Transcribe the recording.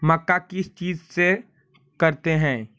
मक्का किस चीज से करते हैं?